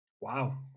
Wow